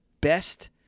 best